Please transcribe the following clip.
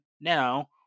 now